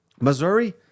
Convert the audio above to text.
Missouri